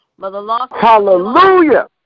Hallelujah